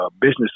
business